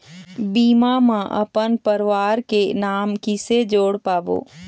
बीमा म अपन परवार के नाम किसे जोड़ पाबो?